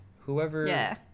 Whoever